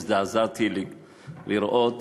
הזדעזעתי לראות